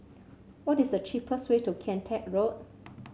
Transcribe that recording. what is the cheapest way to Kian Teck Road